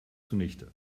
zunichte